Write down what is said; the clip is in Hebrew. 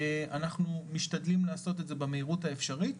אנחנו משתדלים לעשות את זה במהירות האפשרית,